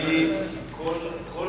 אני רק, ברשותך, משפט אחד.